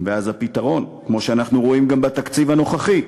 ואז הפתרון, כמו שאנחנו רואים גם בתקציב הנוכחי,